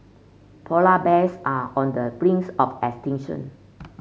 polar bears are on the brings of extinction